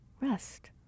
rest